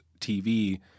TV